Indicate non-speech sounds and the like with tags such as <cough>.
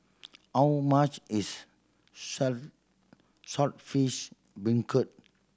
how much is <unintelligible> Saltish Beancurd